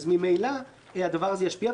אז ממילא הדבר הזה ישפיע,